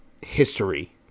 history